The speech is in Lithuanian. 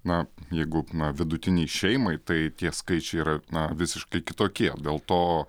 na jeigu vidutinei šeimai tai tie skaičiai yra na visiškai kitokie dėl to